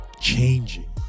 changing